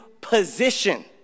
position